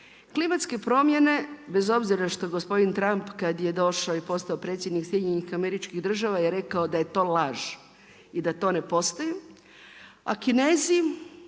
Klimatske promjene, bez obzira što gospodin Trump kad je došao i postao Predsjednik SAD-a je rekao da je to laž i da to ne postoji. i